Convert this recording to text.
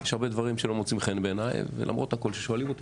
יש הרבה דברים שלא מוצאים חן בעיניי ולמרות הכול כששואלים אותי,